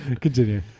Continue